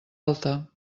alta